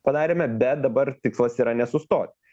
padarėme bet dabar tikslas yra nesustot